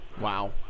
Wow